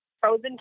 Frozen